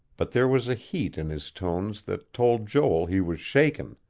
but there was a heat in his tones that told joel he was shaken.